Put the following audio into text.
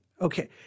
okay